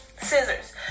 Scissors